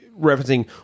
referencing